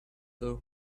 their